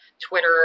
Twitter